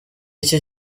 iki